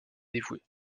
dévoués